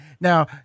Now